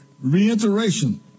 reiteration